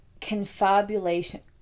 confabulation